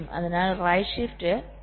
അതിനാൽ right shift 0 വരുന്നു